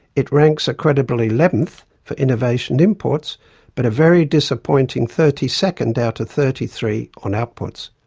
it ranks a credible eleven for innovation inputs but a very disappointing thirty second out of thirty three on outputs.